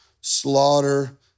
slaughter